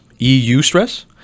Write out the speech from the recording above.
E-U-stress